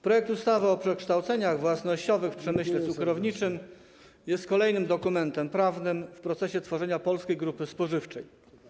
Projekt ustawy o przekształceniach własnościowych w przemyśle cukrowniczym jest kolejnym dokumentem prawnym w procesie tworzenia polskiej grupy spożywczej.